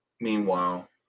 Meanwhile